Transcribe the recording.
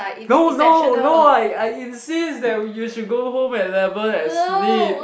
no no no I I insist that you should go home at eleven and sleep